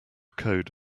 code